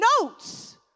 notes